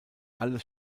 alles